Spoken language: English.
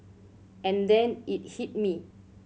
and then it hit me